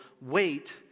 wait